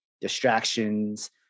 distractions